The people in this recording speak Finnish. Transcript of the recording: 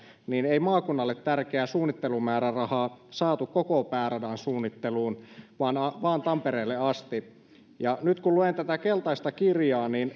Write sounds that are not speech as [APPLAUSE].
niin ei maakunnalle tärkeää suunnittelumäärärahaa saatu koko pääradan suunnitteluun vaan vain tampereelle asti nyt kun luen tätä keltaista kirjaa niin [UNINTELLIGIBLE]